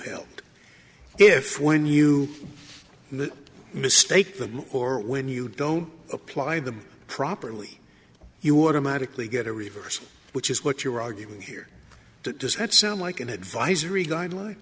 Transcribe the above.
helped if when you mistake them or when you don't apply them properly you automatically get a reverse which is what your argument here does that sound like an advisory guideline